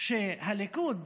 שהליכוד